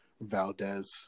Valdez